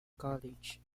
college